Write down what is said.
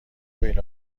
بین